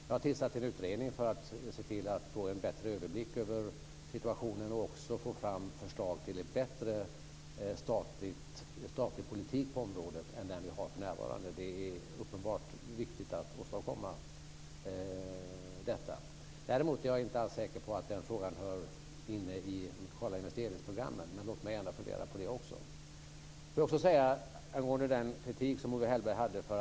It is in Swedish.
Jag har tillsatt en utredning för att få en bättre överblick över situationen och för att få fram förslag till en bättre statlig politik på området än den vi har för närvarande. Det är uppenbart viktigt att åstadkomma detta. Däremot är jag inte alls säker på att den frågan hör hemma i de lokala investeringsprogrammen. Men låt mig gärna fundera på det också. Owe Hellberg framförde kritik om att pengarna tar slut.